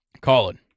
Colin